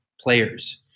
players